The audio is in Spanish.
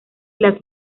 las